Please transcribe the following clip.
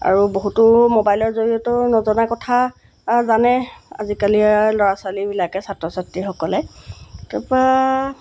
আৰু বহুতো মোবাইলৰ জৰিয়তেও নজনা কথা জানে আজিকালি ল'ৰা ছোৱালীবিলাকে ছাত্ৰ ছাত্ৰীসকলে তাৰপৰা